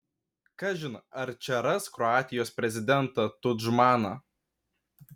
kažin ar čia ras kroatijos prezidentą tudžmaną